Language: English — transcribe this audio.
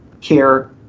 care